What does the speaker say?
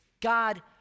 god